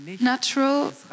Natural